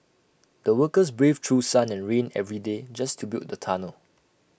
the workers braved through sun and rain every day just to build the tunnel